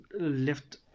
left